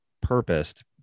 purposed